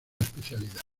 especialidad